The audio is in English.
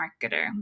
marketer